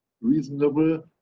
reasonable